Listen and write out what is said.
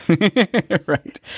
Right